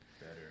Better